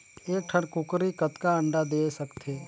एक ठन कूकरी कतका अंडा दे सकथे?